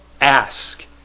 ask